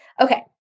Okay